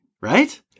Right